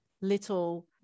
little